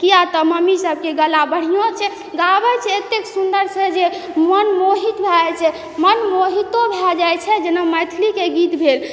किएक तऽ मम्मी सबके गला बढ़िआँ छै गाबय छै एतेक सुन्दरसँ जे मन मोहित भए जाइ छै मन मोहितो भए जाइ छै जेना मैथिलीके गीत भेल